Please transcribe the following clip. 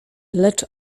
lecz